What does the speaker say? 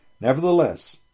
Nevertheless